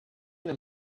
them